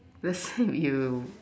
let's say you